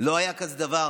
לא היה כזה דבר